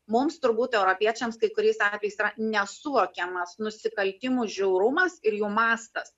mums turbūt europiečiams kai kuriais atvejais yra nesuvokiamas nusikaltimų žiaurumas ir jų mastas